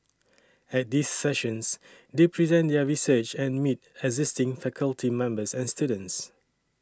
at these sessions they present their research and meet existing faculty members and students